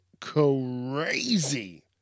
crazy